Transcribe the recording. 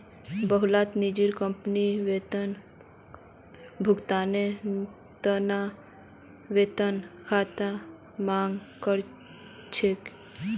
बहुतला निजी कंपनी वेतन भुगतानेर त न वेतन खातार मांग कर छेक